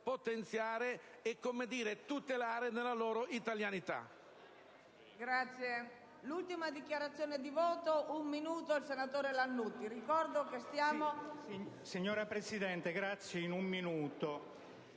potenziare e tutelare nella loro italianità.